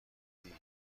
میگین